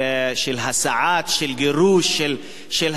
של גירוש של מה שמכונה המסתננים.